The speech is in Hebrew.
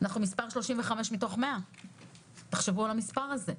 נמצאת במקום 35 מתוך 100. תחשבו על המספר הזה,